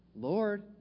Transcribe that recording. Lord